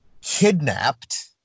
kidnapped